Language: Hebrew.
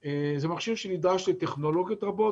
זה מכשיר שנדרש לטכנולוגיות רבות,